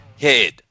head